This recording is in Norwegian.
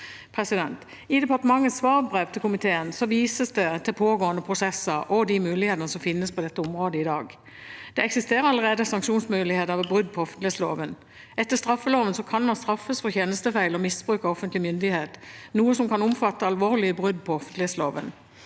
I departementets svarbrev til komiteen vises det til pågående prosesser og de mulighetene som finnes på dette området i dag. Det eksisterer allerede sanksjonsmuligheter ved brudd på offentlighetsloven. Etter straffeloven kan man straffes for tjenestefeil og misbruk av offentlig myndighet, noe som kan omfatte alvorlige brudd på offentlighetsloven.